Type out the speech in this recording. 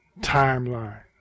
timeline